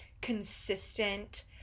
consistent